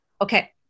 Okay